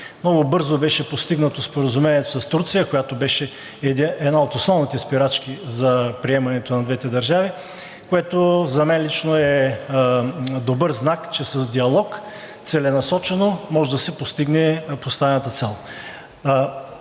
Много бързо беше постигнато споразумението с Турция, която беше една от основните спирачки за приемането на двете държави, което за мен лично е добър знак, че с диалог, целенасочено, може да се постигне поставената цел.